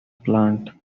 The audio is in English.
plant